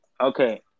Okay